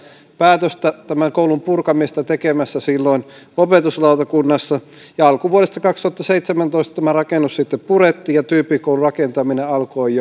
päätöstä tämän koulun purkamisesta tekemässä silloin opetuslautakunnassa ja alkuvuodesta kaksituhattaseitsemäntoista tämä rakennus sitten purettiin ja tyyppikoulurakentaminen alkoi